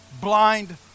blind